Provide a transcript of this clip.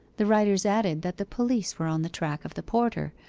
the writers added that the police were on the track of the porter,